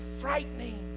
frightening